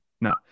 No